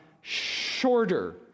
shorter